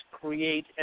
create